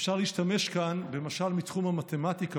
אפשר להשתמש כאן במשל מתחום המתמטיקה,